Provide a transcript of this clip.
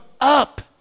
up